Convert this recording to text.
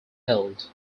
held